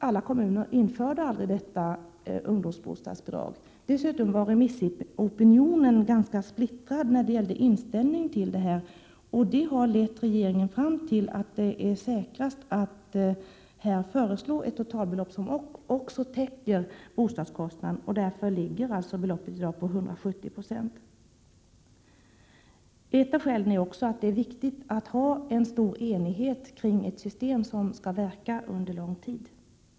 Nu infördes inte detta ungdomsbostadsbidrag av alla kommuner. Dessutom var remissopinionen ganska splittrad i inställningen till bostadsbidraget, och det har lett regeringen fram till att det är säkrast att föreslå ett totalbelopp Prot. 1987/88:128 som också täcker bostadskostnaden. Därför ligger beloppet i dag på 170 96. Det är också viktigt att ha stor enighet kring ett system som skall verka under lång tid.